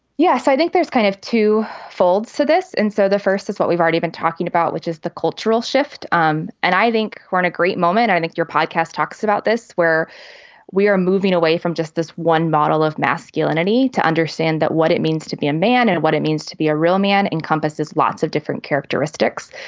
yes, i think there's kind of two fold so this. and so the first is what we've already been talking about, which is the cultural shift. um and i think we're in a great moment i think your podcast talks about this where we are moving away from just this one model of masculinity to understand that what it means to be a man and what it means to be a real man encompasses lots of different characteristics.